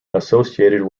associated